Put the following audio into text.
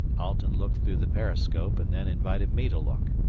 alten looked through the periscope, and then invited me to look.